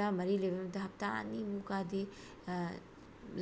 ꯍꯞꯇꯥ ꯃꯔꯤ ꯂꯩꯕ ꯃꯇꯝꯗ ꯍꯞꯇꯥ ꯑꯅꯤꯃꯨꯛꯀꯥꯗꯤ